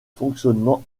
fonctionnement